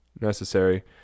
necessary